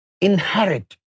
inherit